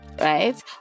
right